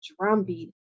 drumbeat